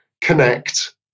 connect